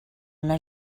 una